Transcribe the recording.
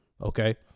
okay